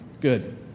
Good